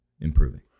improving